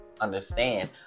understand